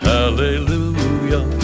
Hallelujah